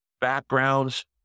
backgrounds